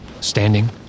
Standing